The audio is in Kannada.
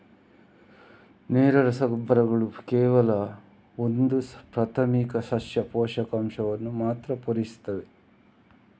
ನೇರ ರಸಗೊಬ್ಬರಗಳು ಕೇವಲ ಒಂದು ಪ್ರಾಥಮಿಕ ಸಸ್ಯ ಪೋಷಕಾಂಶವನ್ನ ಮಾತ್ರ ಪೂರೈಸ್ತವೆ